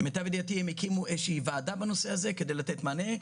למיטב ידיעתי הם הקימו איזושהי ועדה בנושא הזה כדי לתת מענה.